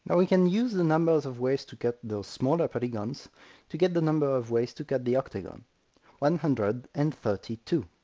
and we can use the numbers of ways to cut those smaller polygons to get the number of ways to cut the octagon one hundred and thirty-two.